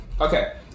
Okay